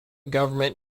government